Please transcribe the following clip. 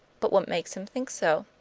but what makes him think so?